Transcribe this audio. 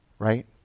Right